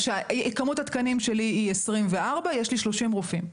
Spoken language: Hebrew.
כמות התקנים שלי היא 24 ויש לי 30 רופאים.